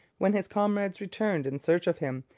when his comrades returned in search of him,